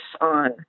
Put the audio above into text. on